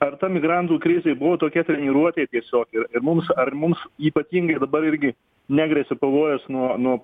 ar ta migrantų krizė buvo tokia treniruotė tiesiog ir ir mums ar mums ypatingai dabar irgi negresia pavojus nuo nuo